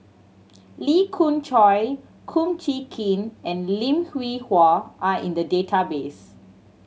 Lee Khoon Choy Kum Chee Kin and Lim Hwee Hua are in the database